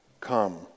come